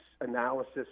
analysis